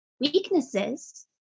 weaknesses